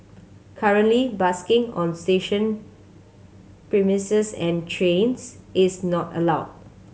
currently busking on station premises and trains is not allowed